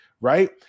right